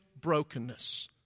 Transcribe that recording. brokenness